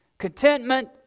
Contentment